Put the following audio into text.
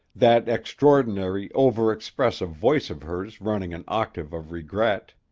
that extraordinary, over-expressive voice of hers running an octave of regret